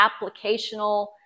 applicational